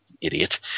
idiot